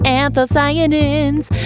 anthocyanins